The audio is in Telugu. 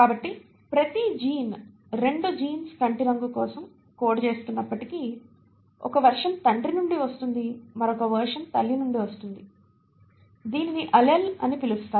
కాబట్టి ప్రతి జీన్ రెండు జీన్స్ కంటి రంగు కోసం కోడ్ చేస్తున్నప్పటికీ ఒక వెర్షన్ తండ్రి నుండి వస్తుంది మరొక వెర్షన్ తల్లి నుండి వస్తోంది దీనిని అల్లెల్ అని పిలుస్తారు